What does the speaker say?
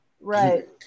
Right